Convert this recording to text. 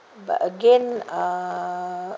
but again uh